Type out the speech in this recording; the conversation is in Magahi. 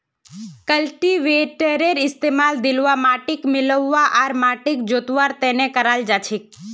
कल्टीवेटरेर इस्तमाल ढिलवा माटिक मिलव्वा आर माटिक जोतवार त न कराल जा छेक